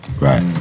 Right